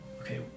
okay